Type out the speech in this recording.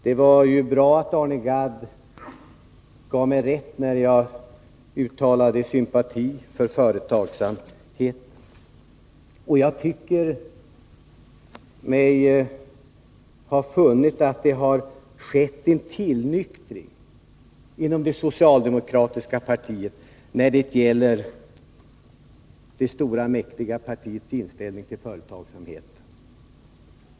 Det var bra att Arne Gadd gav mig rätt, när jag uttalade sympati för företagsamheten. Jag tycker mig ha funnit att det har skett en tillnyktring inom det socialdemokratiska partiet när det gäller det stora och mäktiga partiets inställning till företagsamheten.